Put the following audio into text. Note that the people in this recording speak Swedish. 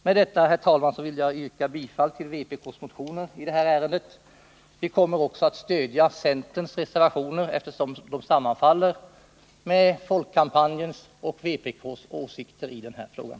Med detta, herr talman, vill jag yrka bifall till vpk:s motioner i detta ärende. Vi kommer också att stödja centerns reservationer, eftersom de sammanfaller med folkkampanjens och vpk:s åsikter i den här frågan.